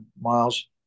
miles